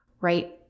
right